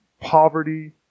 poverty